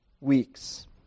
weeks